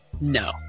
No